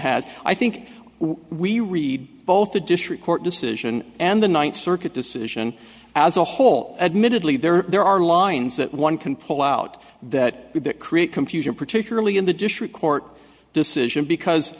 has i think we read both the district court decision and the ninth circuit decision as a whole admittedly there are there are lines that one can pull out that would create confusion particularly in the district court decision because